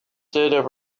sit